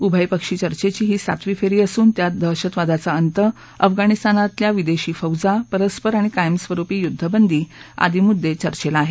उभयपक्षी चर्चेची ही सातवी फेरी असून त्यात दहशतवादाचा अंत अफगाणिस्तानमधील विदेशी फौजा परस्पर आणि कायमस्वरूपी युद्धबंदी आदीमुद्दे चर्चॅला आहेत